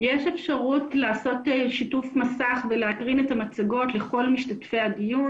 יש אפשרות לעשות שיתוף מסך ולהקרין את המצגות לכל משתתפי הדיון.